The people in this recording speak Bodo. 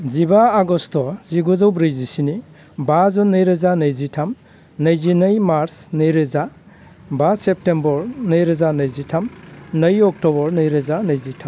जिबा आगस्ट जिगुजौ ब्रैजिस्नि बा जुन नैरोजा नैजिथाम नैजिनै मार्स नैरोजा बा सेप्तेम्बर नैरोजा नैजिथाम नै अक्ट'बर नैरोजा नैजिथाम